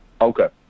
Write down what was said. Okay